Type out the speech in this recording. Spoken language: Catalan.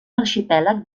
arxipèlag